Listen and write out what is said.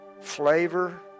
flavor